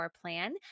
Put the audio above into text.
plan